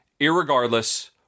irregardless